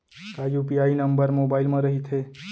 का UPI number mobile म रहिथे?